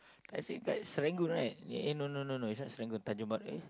dekat dekat Serangoon right eh no no no no it's not Serangoon Tanjong-Pagar eh